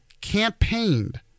campaigned